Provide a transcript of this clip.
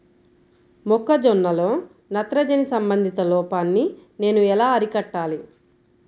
మొక్క జొన్నలో నత్రజని సంబంధిత లోపాన్ని నేను ఎలా అరికట్టాలి?